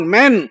men